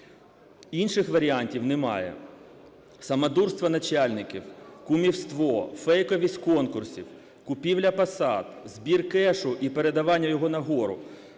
Інших варіантів немає. Самодурство начальників, кумівство, фейковість конкурсів, купівля посад, збір кешу і передавання його нагору,